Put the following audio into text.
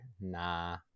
nah